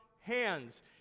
hands